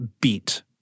beat